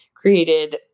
created